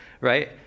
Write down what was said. right